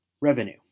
Revenue